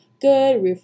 good